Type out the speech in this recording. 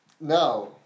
Now